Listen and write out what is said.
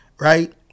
right